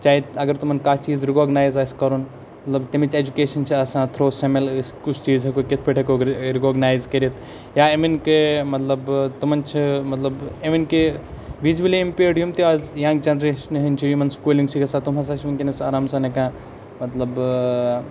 چاہے اگر تِمَن کانٛہہ چیٖز رِکوگنایز آسِہ کَرُن مطلب تیٚمِچ اٮ۪جکیشَن چھِ آسان تھرٛوٗ سٕمٮ۪لٕس کُس چیٖز ہٮ۪کو کِتھ پٲٹھۍ ہٮ۪کو رکا رِکوگنایز کٔرِتھ یا اِوٕن کہ مطلب تِمَن چھِ مطلب اِوٕن کہ ویٖجؤلی اِمپیرڑ یِم تہِ اَز یَنٛگ جَنریشنہٕ ہنٛد چھِ یِمَن سکوٗلِںٛگ چھِ گژھان تِم ہَسا چھِ وٕنکٮ۪نَس آرام سان ہٮ۪کان مطلب